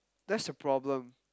that's the problem